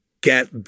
get